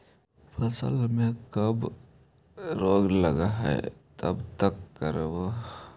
फसल में कबक रोग लगल है तब का करबै